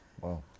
Wow